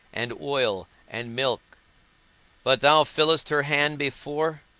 and oil, and milk but thou fillest her hand before,